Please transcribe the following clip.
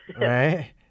Right